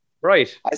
Right